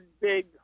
big